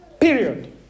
Period